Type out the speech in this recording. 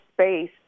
space